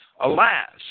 Alas